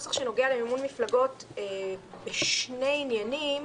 נוסח שנוגע למימון מפלגות בשני עניינים.